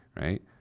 Right